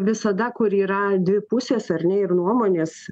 visada kur yra dvi pusės ar ne ir nuomonės